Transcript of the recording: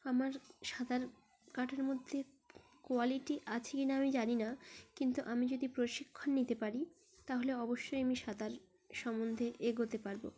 আমার সাঁতার কাটার মধ্যে কোয়ালিটি আছে কি না আমি জানি না কিন্তু আমি যদি প্রশিক্ষণ নিতে পারি তাহলে অবশ্যই আমি সাঁতার সম্বন্ধে এগোতে পারব